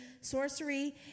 sorcery